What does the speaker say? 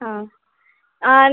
ஆ